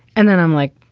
and then i'm like,